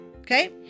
Okay